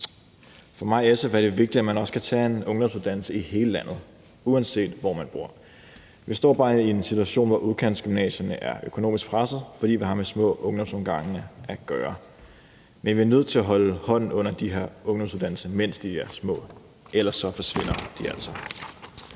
For mig og SF er det vigtigt, at man også kan tage en ungdomsuddannelse i hele landet, uanset hvor man bor. Vi står bare i en situation, hvor udkantsgymnasierne er økonomisk pressede, fordi vi har med små ungdomsårgange at gøre, men vi er nødt til at holde hånden under de her ungdomsuddannelser, mens de er små, ellers forsvinder de altså.